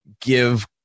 give